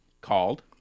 Called